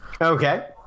Okay